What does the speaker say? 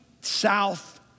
south